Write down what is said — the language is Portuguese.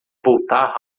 voltar